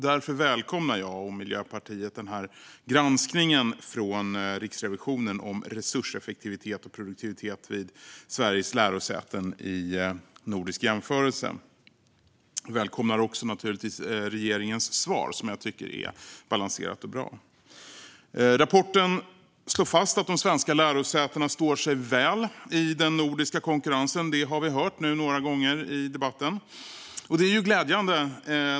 Därför välkomnar jag, och Miljöpartiet, den här granskningen från Riksrevisionen om resurseffektivitet och produktivitet vid Sveriges lärosäten i nordisk jämförelse. Naturligtvis välkomnar vi också regeringens svar, som jag tycker är balanserat och bra. Rapporten slår fast att de svenska lärosätena står sig väl i den nordiska konkurrensen. Det har vi hört nu några gånger i debatten, och det är glädjande.